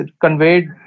conveyed